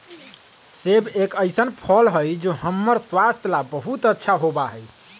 सेब एक ऐसन फल हई जो हम्मर स्वास्थ्य ला बहुत अच्छा होबा हई